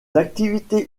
activités